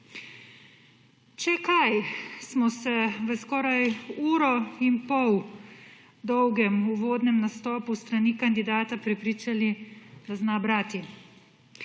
Če kaj, smo se v skoraj uro in pol dolgem uvodnem nastopu s strani kandidata prepričali, da zna brati.